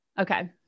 Okay